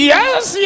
Yes